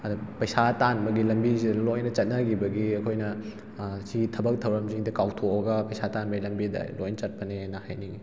ꯄꯩꯁꯥ ꯇꯥꯟꯕꯒꯤ ꯂꯝꯕꯤꯁꯤꯗ ꯂꯣꯏꯅ ꯆꯠꯅꯒꯤꯕꯒꯤ ꯑꯩꯈꯣꯏꯅ ꯑꯁꯤꯒꯤ ꯊꯕꯛ ꯊꯧꯔꯝꯁꯤꯡꯗ ꯀꯥꯎꯊꯣꯛꯑꯒ ꯄꯩꯁꯥ ꯇꯥꯟꯕꯒꯤ ꯂꯝꯕꯤꯗ ꯂꯣꯏ ꯆꯠꯄꯅꯦꯅ ꯍꯥꯏꯅꯤꯡꯉꯤ